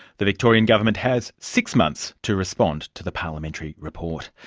the victorian government has six months to respond to the parliamentary report.